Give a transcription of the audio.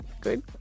good